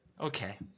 Okay